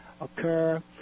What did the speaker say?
occur